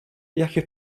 jakie